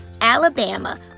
alabama